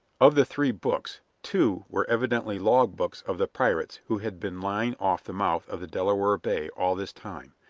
of the three books, two were evidently log books of the pirates who had been lying off the mouth of the delaware bay all this time.